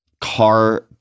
car